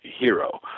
hero